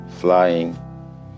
flying